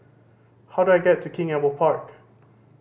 how do I get to King Albert Park